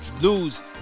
lose